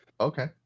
Okay